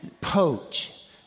Poach